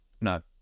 no